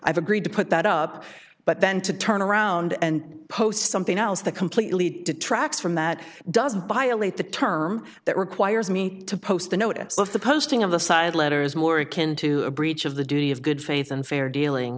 i've agreed to put that up but then to turn around and post something else that completely detracts from that doesn't violate the term that requires me to post the notice of the posting of the side letter is more akin to a breach of the duty of good faith and fair dealing